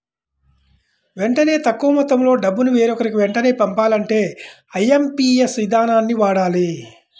వెంటనే తక్కువ మొత్తంలో డబ్బును వేరొకరికి వెంటనే పంపాలంటే ఐఎమ్పీఎస్ ఇదానాన్ని వాడాలి